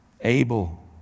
Abel